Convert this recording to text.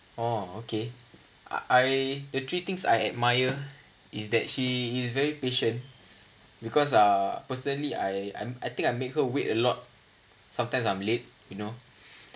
oh okay I the three things I admire is that she is very patient because uh personally I I'm I think I make her wait a lot sometimes I'm late you know